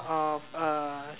of uh